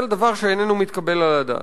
זה דבר שאיננו מתקבל על הדעת.